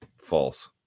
False